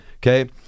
Okay